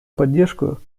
поддержку